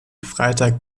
freitag